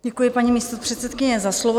Děkuji, paní místopředsedkyně, za slovo.